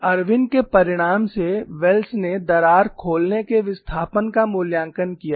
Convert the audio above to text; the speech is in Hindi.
और इरविन के परिणाम से वेल्स ने दरार खोलने के विस्थापन का मूल्यांकन किया